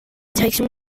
direction